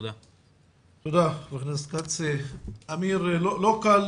לא קל